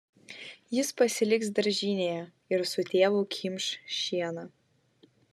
jis pasiliks daržinėje ir su tėvu kimš šieną